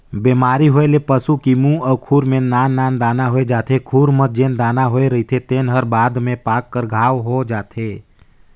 बेमारी होए ले पसू की मूंह अउ खूर में नान नान दाना होय जाथे, खूर म जेन दाना होए रहिथे तेन हर बाद में पाक कर घांव हो जाथे